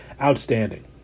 outstanding